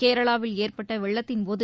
கேரளாவில் ஏற்பட்ட வெள்ளத்தின்போது